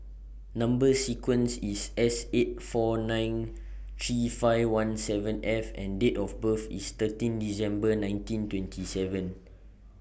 Number sequence IS S eight four nine three five one seven F and Date of birth IS thirteen December nineteen twenty seven